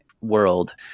world